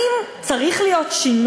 אז האם צריך להיות שינוי?